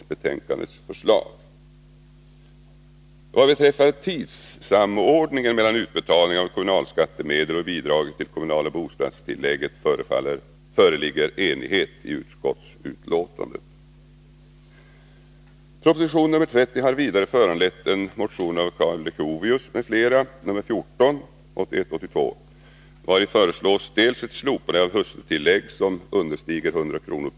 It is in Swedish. Vad beträffar tidssamordningen mellan utbetalningen av kommunalskattemedel och bidraget till det kommunala bostadstillägget föreligger enighet i utskottsbetänkandet. Proposition nr 30 har vidare föranlett en motion av Karl Leuchovius m.fl., 1981/82:14, vari föreslås dels ett slopande av hustrutillägg som understiger 1000 kr.